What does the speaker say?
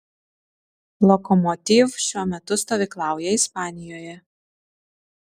lokomotiv šiuo metu stovyklauja ispanijoje